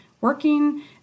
working